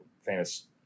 famous